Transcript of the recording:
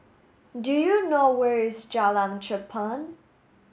do you know where is Jalan Cherpen